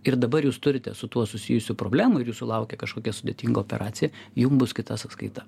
ir dabar jūs turite su tuo susijusių problemų ir jūsų laukia kažkokia sudėtinga operacija jum bus kita sąskaita